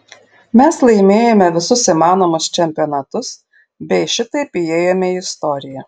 mes laimėjome visus įmanomus čempionatus bei šitaip įėjome į istoriją